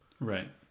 Right